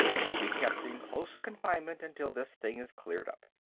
you'll be kept in close confinement until this thing is cleared up.